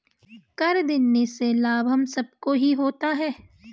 कर देने से लाभ हम सबको ही होता है